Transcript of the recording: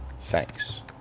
Thanks